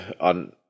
on